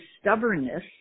stubbornness